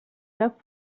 cap